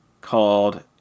called